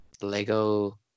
Lego